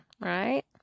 right